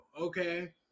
okay